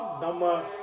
number